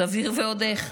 סביר ועוד איך.